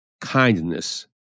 Kindness